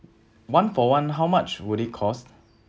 one for one how much would it cost